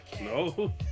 No